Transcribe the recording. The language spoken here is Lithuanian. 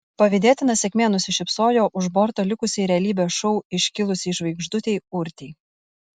pavydėtina sėkmė nusišypsojo už borto likusiai realybės šou iškilusiai žvaigždutei urtei